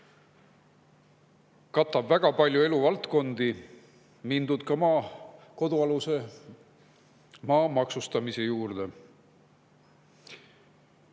katab väga palju eluvaldkondi, mindud ka kodualuse maa maksustamise juurde.